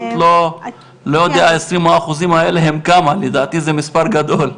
זה מספר גדול,